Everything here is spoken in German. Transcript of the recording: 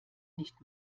nicht